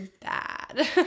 Bad